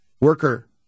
worker